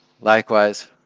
Likewise